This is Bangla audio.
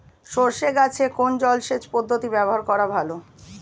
সরষে গাছে কোন জলসেচ পদ্ধতি ব্যবহার করা ভালো?